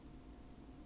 十三个